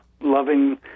loving